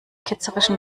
ketzerischen